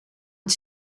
het